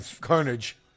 carnage